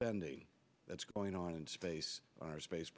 spending that's going on in space space